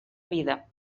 vida